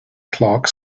clark